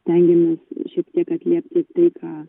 stengiamės šiek tiek atliepti tai ką